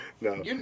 No